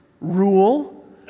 rule